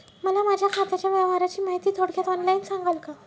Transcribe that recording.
मला माझ्या खात्याच्या व्यवहाराची माहिती थोडक्यात ऑनलाईन सांगाल का?